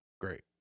great